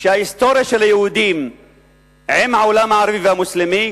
שההיסטוריה של היהודים עם העולם הערבי והמוסלמי,